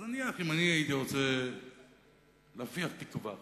אז נניח, אם אני הייתי רוצה להפיח תקווה חדשה,